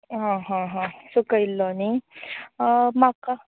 आं हां हां सुकयिल्लो न्ही म्हाका